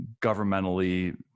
governmentally